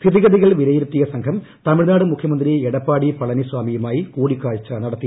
സ്ഥിതിഗതികൾ വിലയിരുത്തിയ സംഘം തമിഴ്നാട് മുഖ്യമന്ത്രി എടപ്പാളി പളനിസാമിയുമായി കൂടിക്കാഴ്ച നടത്തി